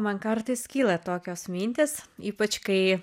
man kartais kyla tokios mintys ypač kai